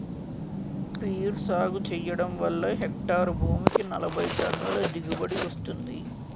peer సాగు చెయ్యడం వల్ల హెక్టారు భూమికి నలబైటన్నుల దిగుబడీ వస్తుంది